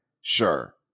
sure